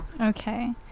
Okay